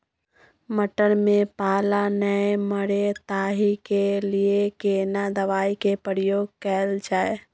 मटर में पाला नैय मरे ताहि के लिए केना दवाई के प्रयोग कैल जाए?